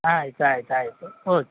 ಆಯ್ತು ಆಯ್ತು ಆಯಿತು ಓಕ್